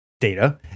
data